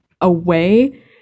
away